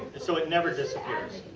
and so, it never disappears.